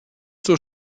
zur